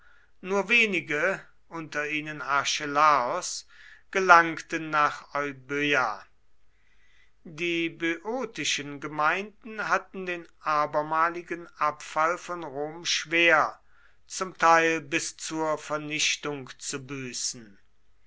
nur wenige unter ihnen archelaos gelangten nach euböa die böotischen gemeinden hatten den abermaligen abfall von rom schwer zum teil bis zur vernichtung zu büßen